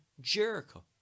Jericho